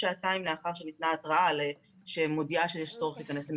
שעתיים לאחר שניתנה ההתרעה שמודיעה שיש צורך להיכנס למקלט,